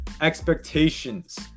expectations